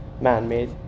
man-made